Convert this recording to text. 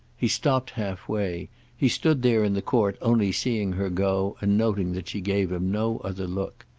he stopped halfway he stood there in the court only seeing her go and noting that she gave him no other look.